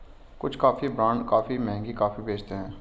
कुछ coffee brand काफी महंगी कॉफी बेचते हैं